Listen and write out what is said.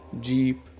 Jeep